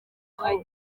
hari